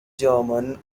german